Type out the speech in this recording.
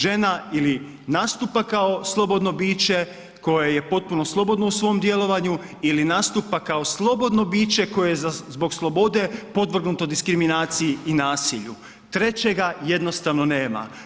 Žena ili nastupa kao slobodno biće koje je potpuno slobodno u svom djelovanju ili nastupa kao slobodno biće koje je zbog slobode podvrgnuto diskriminaciji i nasilju, trećega jednostavno nema.